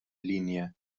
línia